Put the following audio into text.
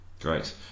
Great